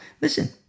listen